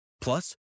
Plus